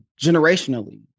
generationally